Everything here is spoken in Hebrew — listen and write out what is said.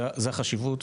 זו החשיבות,